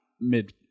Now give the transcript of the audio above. mid